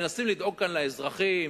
מנסים לדאוג כאן לאזרחים,